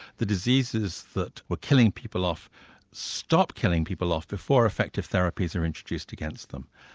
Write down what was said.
the diseases that were killing people off stopped killing people off before effective therapies were introduced against them,